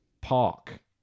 park